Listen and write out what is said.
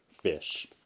fish